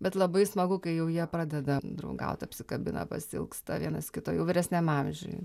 bet labai smagu kai jau jie pradeda draugaut apsikabina pasiilgsta vienas kito jau vyresniam amžiuj